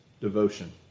devotion